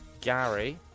Gary